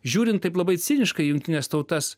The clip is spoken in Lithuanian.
žiūrint taip labai ciniškai į jungtines tautas